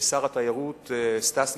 שר התיירות סטס מיסז'ניקוב,